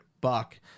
Buck